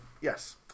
yes